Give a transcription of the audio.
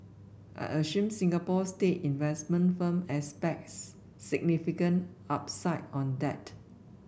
I assume Singapore's state investment firm expects significant upside on that